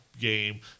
game